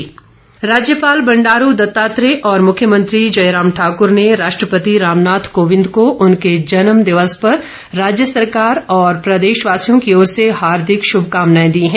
बघाई राज्यपाल बंडारू दत्तात्रेय और मुख्यमंत्री जयराम ठाकुर ने राष्ट्रपति रामनाथ कोविंद को उनके जन्म दिवस पर राज्य सरकार और प्रदेशवासियों की ओर से हार्दिक शुभकामनाए दी हैं